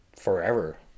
forever